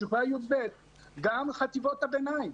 שכבה י"ב וגם חטיבות הביניים?